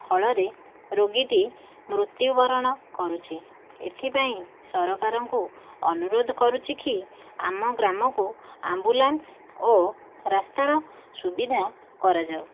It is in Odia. ଫଳରେ ରୋଗୀଟି ମୃତ୍ୟୁବରଣ କରୁଛି ଏଥିପାଇଁ ସରକାରଙ୍କୁ ଅନୁରୋଧ କରୁଛିକି ଆମ ଗ୍ରାମକୁ ଆମ୍ବୁଲାନ୍ସ ଓ ରାସ୍ତାର ସୁବିଧା କରାଯାଉ